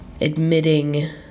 admitting